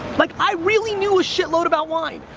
like, i really knew a shitload about wine.